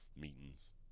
meetings